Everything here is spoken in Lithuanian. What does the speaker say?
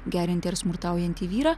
geriantį ar smurtaujantį vyrą